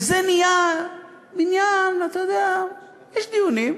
וזה נהיה עניין, אתה יודע, יש דיונים,